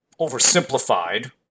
oversimplified